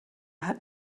hat